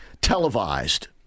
televised